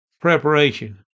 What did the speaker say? preparation